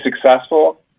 successful